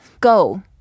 Go